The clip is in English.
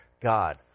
God